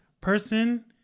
person